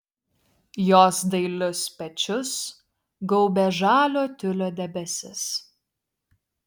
jos dailius pečius gaubė žalio tiulio debesis